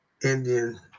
Indian